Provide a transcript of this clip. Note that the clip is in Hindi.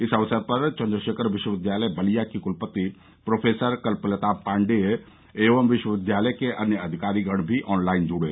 इस अवसर पर चन्द्रशेखर विश्वविद्यालय बलिया की कुलपति प्रोफेसर कल्पलता पाण्डेय एवं विश्वविद्यालय के अन्य अधिकारीगण भी ऑन लाइन जुड़े